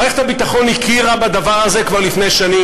מערכת הביטחון הכירה בדבר הזה כבר לפני שנים.